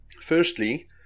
Firstly